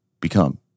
become